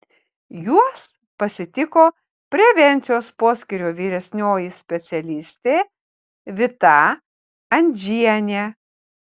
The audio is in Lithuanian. juos pasitiko prevencijos poskyrio vyresnioji specialistė vita andžienė